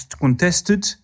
contested